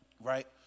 right